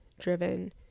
driven